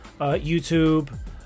YouTube